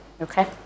Okay